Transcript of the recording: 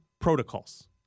protocols